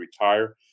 retire